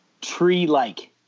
Tree-like